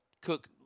cook